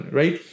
right